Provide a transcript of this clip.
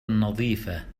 نظيفة